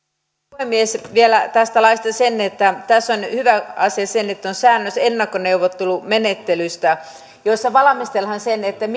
puhemies vielä tästä laista se että tässä on hyvä asia se että on säännös ennakkoneuvottelumenettelystä jossa valmistellaan se